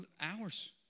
hours